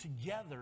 together